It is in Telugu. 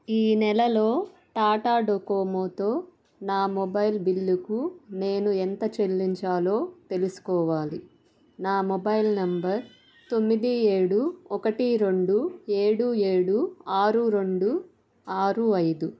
ఈ నెలలో టాటా డోకోమోతో నా మొబైల్ బిల్లుకు నేను ఎంత చెల్లించాలో తెలుసుకోవాలి నా మొబైల్ నంబర్ తొమ్మిది ఏడు ఒకటి రెండు ఏడు ఏడు ఆరు రెండు ఆరు ఐదు